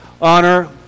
Honor